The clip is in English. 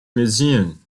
museum